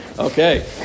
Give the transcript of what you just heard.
Okay